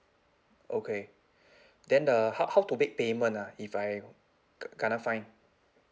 okay then uh how how to make payment ah if I k~ kena fine